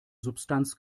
substanz